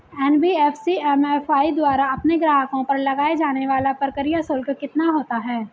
NBFC MFI द्वारा अपने ग्राहकों पर लगाए जाने वाला प्रक्रिया शुल्क कितना होता है?